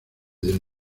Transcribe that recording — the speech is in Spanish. del